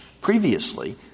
previously